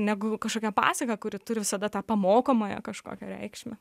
negu kažkokia pasaka kuri turi visada tą pamokomąją kažkokią reikšmę